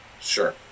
Sure